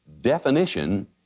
definition